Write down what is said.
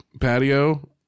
patio